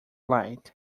night